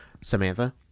Samantha